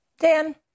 Dan